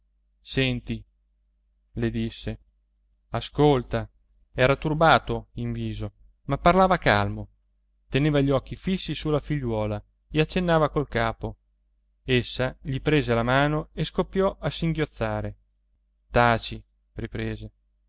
senti le disse ascolta era turbato in viso ma parlava calmo teneva gli occhi fissi sulla figliuola e accennava col capo essa gli prese la mano e scoppiò a singhiozzare taci riprese